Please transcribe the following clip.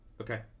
Okay